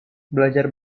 belajar